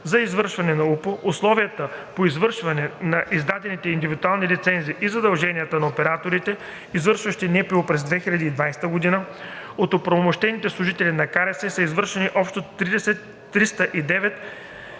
за извършване на УПУ, условията по изпълнение на издадените индивидуални лицензии и задълженията на операторите, извършващи НПУ, през 2020 г. от оправомощени служители на КРС са извършени общо 309